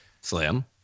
Slim